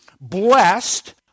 blessed